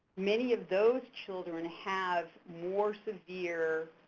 many of those children have more severe